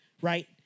right